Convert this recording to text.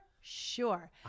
sure